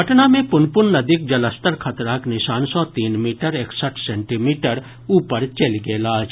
पटना मे पुनपुन नदीक जलस्तर खतराक निशान सॅ तीन मीटर एकसठ सेंटीमीटर ऊपर चलि गेल अछि